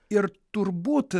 ir turbūt